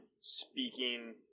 speaking